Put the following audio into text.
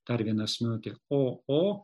dar viena asmenuotė o o